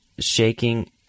shaking